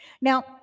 Now